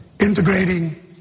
integrating